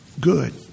good